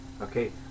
okay